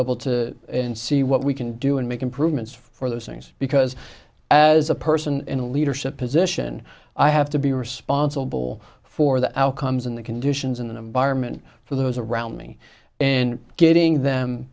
able to see what we can do and make improvements for those things because as a person in a leadership position i have to be responsible for the outcomes and the conditions in an environment for those around me and getting them